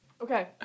Okay